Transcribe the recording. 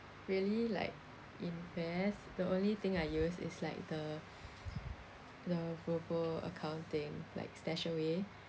really like invest the only thing I use is like the the robo account thing like Stashaway